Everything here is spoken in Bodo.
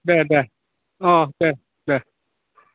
दे दे अ दे दे